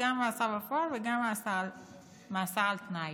"מאסר בפועל וגם מאסר על תנאי".